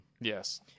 Yes